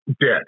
dead